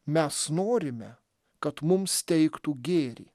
mes norime kad mums teiktų gėrį